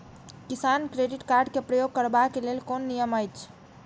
किसान credit card क प्रयोग करबाक लेल कोन नियम अछि?